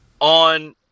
on